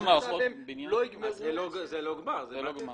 אז זה לא גמר.